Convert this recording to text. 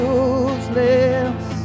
useless